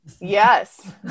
Yes